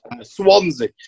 Swansea